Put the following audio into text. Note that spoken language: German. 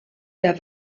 der